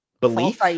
Belief